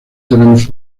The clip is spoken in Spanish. tenemos